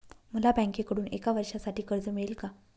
मला बँकेकडून एका वर्षासाठी कर्ज मिळेल का?